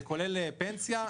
זה כולל פנסיה.